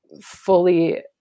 fully